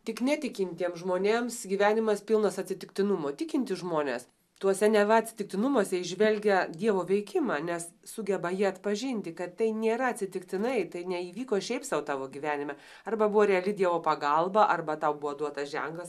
tik netikintiems žmonėms gyvenimas pilnas atsitiktinumų o tikintys žmonės tuose neva atsitiktinumuose įžvelgia dievo veikimą nes sugeba jį atpažinti kad tai nėra atsitiktinai tai neįvyko šiaip sau tavo gyvenime arba buvo reali dievo pagalba arba tau buvo duotas ženklas